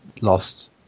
lost